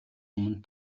өмнө